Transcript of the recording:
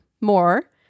more